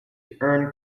earn